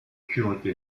currently